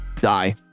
die